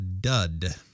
dud